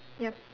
yup